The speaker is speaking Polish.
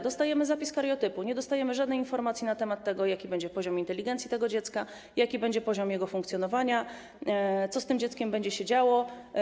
Dostajemy zapis kariotypu, nie dostajemy żadnej informacji na temat tego, jaki będzie poziom inteligencji tego dziecka, jaki będzie poziom jego funkcjonowania, co z tym dzieckiem będzie się działo.